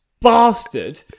bastard